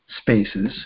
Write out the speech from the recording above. spaces